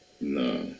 No